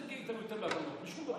אתה והיושב-ראש שלך.